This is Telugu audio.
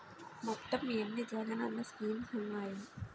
మొత్తం ఎన్ని జగనన్న స్కీమ్స్ ఉన్నాయి?